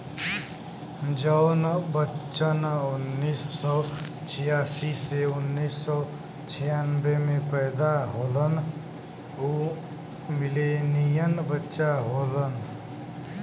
जौन बच्चन उन्नीस सौ छियासी से उन्नीस सौ छियानबे मे पैदा होलन उ मिलेनियन बच्चा होलन